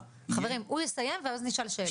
חברים, הוא יסיים ואז נשאל שאלות.